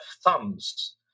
thumbs